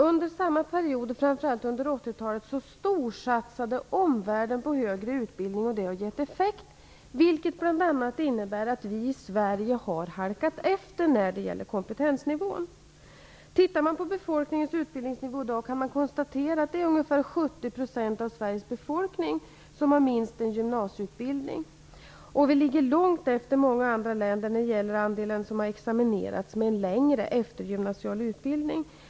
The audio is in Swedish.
Under samma period och framför allt under 80-talet storsatsade omvärlden på högre utbildning, och det har gett effekt, vilket bl.a. innebär att vi i Sverige har halkat efter när det gäller kompetensnivån. Tittar man på befolkningens utbildningsnivå i dag kan man konstatera att det är ungefär 70 % av Sveriges befolkning som har minst gymnasieutbildning, och vi ligger långt efter många andra länder när det gäller andelen examinerade med en längre eftergymnasial utbildning.